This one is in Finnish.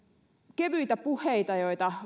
kevyitä puheita joita